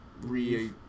Re